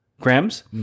grams